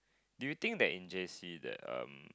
do you think that in J_C that um